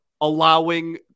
allowing